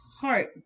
heart